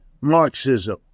Marxism